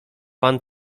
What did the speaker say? pan